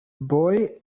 boy